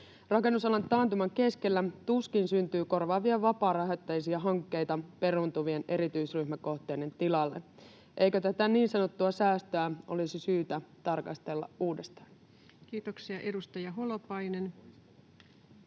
Rakennusalan taantuman keskellä tuskin syntyy korvaavia vapaarahoitteisia hankkeita peruuntuvien erityisryhmäkohteiden tilalle. Eikö tätä niin sanottua säästöä olisi syytä tarkastella uudestaan? Kiitoksia. — Edustaja Holopainen.